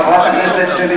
חברת הכנסת שלי